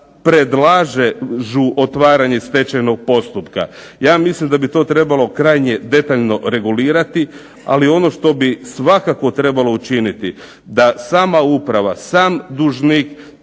predlažu otvaranje stečajnog postupka. Ja mislim da bi to trebalo krajnje detaljno regulirati, ali ono što bi svakako trebalo učiniti da sama uprava, sam dužnik